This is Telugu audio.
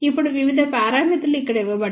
ఇప్పుడు వివిధ పారామితులు ఇక్కడ ఇవ్వబడ్డాయి